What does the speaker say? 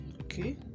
Okay